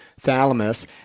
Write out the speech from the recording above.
thalamus